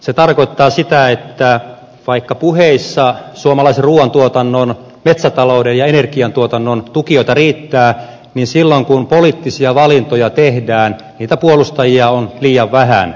se tarkoittaa sitä että vaikka puheissa suomalaisen ruuantuotannon metsätalouden ja energiantuotannon tukijoita riittää niin silloin kun poliittisia valintoja tehdään niitä puolustajia on liian vähän